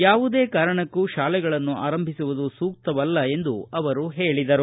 ಯಾವುದೇ ಕಾರಣಕ್ಕೂ ಶಾಲೆಗಳನ್ನು ಆರಂಭಿಸುವುದು ಸೂಕ್ತವಲ್ಲ ಎಂದು ಹೇಳಿದರು